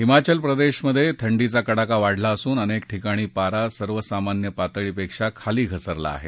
हिमाचल प्रदेशमध्ये थंडीचा कडाका वाढला असून अनेक ठिकाणी पारा सर्वसामान्य पातळीपेक्षा खाली घसरला आहे